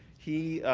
he